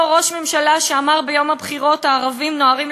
אותו ראש ממשלה שאמר ביום הבחירות "הערבים נוהרים